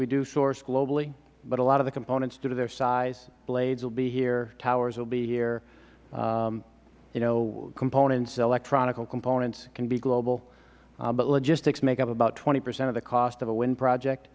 we do source globally but a lot of the components due to their size blades will be here towers will be here you know components electronic components can be global but logistics make up about twenty percent of the cost of a wind project